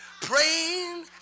praying